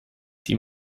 die